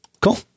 cool